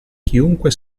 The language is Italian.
chiunque